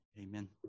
amen